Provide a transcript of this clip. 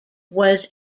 was